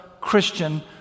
Christian